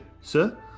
sir